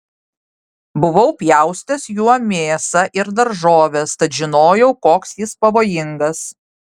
buvau pjaustęs juo mėsą ir daržoves tad žinojau koks jis pavojingas